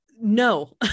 No